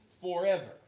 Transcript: forever